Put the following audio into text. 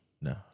No